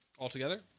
Altogether